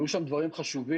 עלו שם דברים חשובים.